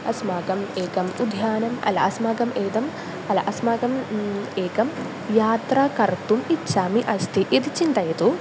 अस्माकम् एकम् उध्यानम् अलं अस्माकम् एकम् अलं अस्माकम् एकं यात्रा कर्तुम् इच्छामि अस्ति इति चिन्तयतु